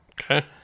Okay